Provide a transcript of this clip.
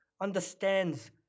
understands